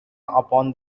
upon